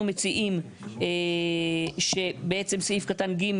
אנחנו מציעים שבעצם סעיף קטן (ג),